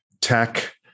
tech